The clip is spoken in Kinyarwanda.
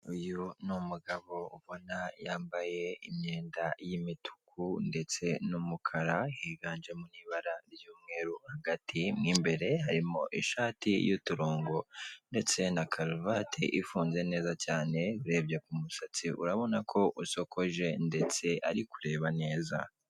Uyu ni umugabo ubona yambaye imyenda y'imituku ndetse n'umukara, higanjemo ibara ry'umweru hagati mo imbere harimo ishati y'uturongo ndetse na karuvati ifunze neza cyane, urebye ku musatsi urabona ko usokoje ndetse ari kureba neza.